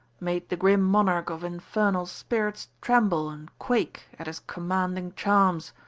made the grim monarch of infernal spirits tremble and quake at his commanding charms?